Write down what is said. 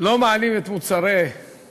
לא מעלים את המחירים של מוצרי החלב.